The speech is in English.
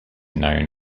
known